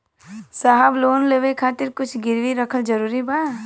साहब लोन लेवे खातिर कुछ गिरवी रखल जरूरी बा?